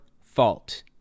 fault